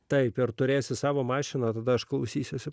taip ir turėsi savo mašiną tada aš klausysiuosi